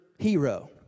hero